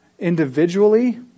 individually